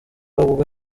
ubwo